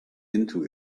into